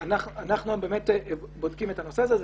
אנחנו בודקים את הנושא הזה.